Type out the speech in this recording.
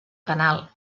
canal